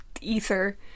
ether